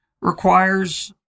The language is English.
requires